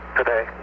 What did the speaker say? today